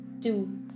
two